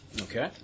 Okay